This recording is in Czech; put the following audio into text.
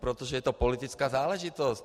Protože je to politická záležitost.